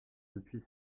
depuis